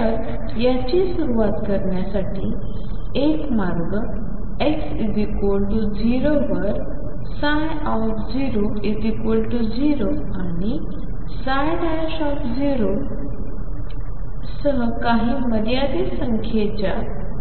तर याची सुरुवात करण्यासाठी एक मार्ग x 0 वर 00 आणि सह काही मर्यादित संख्येच्या